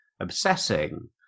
obsessing